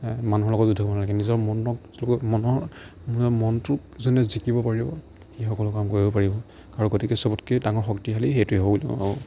মানুহৰ লগত যুদ্ধ কৰিব নালাগে নিজৰ মনক বস্তু লগত মনৰ নিজৰ মনটোক যোনে জিকিব পাৰিব সেইসকলে কাম কৰিব পাৰিব আৰু গতিকে চবতকৈ ডঙৰ শক্তিশালী সেইটোৱে হ'ব বুলি মই ভাবোঁ